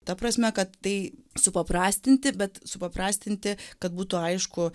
ta prasme kad tai supaprastinti bet supaprastinti kad būtų aišku